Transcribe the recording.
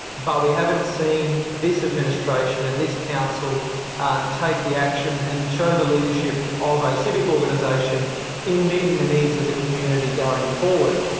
but we haven't seen this administration and this council take the action and show the leadership of a civic organisation in meeting the needs of the community going forward.